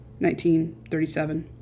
1937